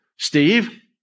Steve